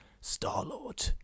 star-lord